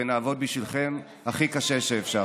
ונעבוד בשבילכם הכי קשה שאפשר.